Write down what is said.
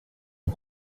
aux